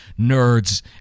nerds